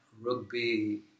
rugby